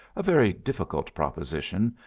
a very difficult proposition,